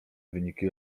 wyniki